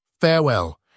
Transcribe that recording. Farewell